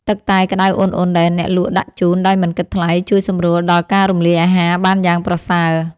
ទឹកតែក្ដៅឧណ្ហៗដែលអ្នកលក់ដាក់ជូនដោយមិនគិតថ្លៃជួយសម្រួលដល់ការរំលាយអាហារបានយ៉ាងប្រសើរ។